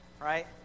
right